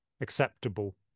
acceptable